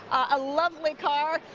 a lovely car.